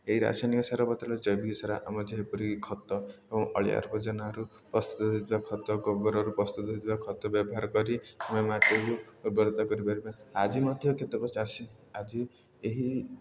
ଏହି ରାସାୟନିକ ସାରା ବଦଳରେ ଜୈବିକ ସାର ଆମ ଯେପରି କି ଖତ ଏବଂ ଅଳିଆ ଆବର୍ଜନାରୁ ପ୍ରସ୍ତୁତ ହେଉଥିବା ଖତ ଗୋବରରୁ ପ୍ରସ୍ତୁତ ହେଉଥିବା ଖତ ବ୍ୟବହାର କରି ଆମେ ମାଟିକୁ ଉର୍ବରତା କରିପାରିବା ଆଜି ମଧ୍ୟ କେତେକ ଚାଷୀ ଆଜି ଏହି